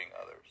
others